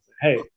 Hey